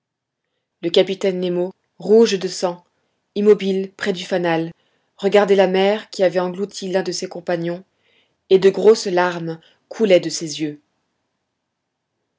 le capitaine nemo rouge de sang immobile près du fanal regardait la mer qui avait englouti l'un de ses compagnons et de grosses larmes coulaient de ses yeux